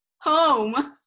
Home